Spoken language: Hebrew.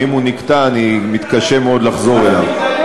ואם הוא נקטע אני מתקשה מאוד לחזור אליו.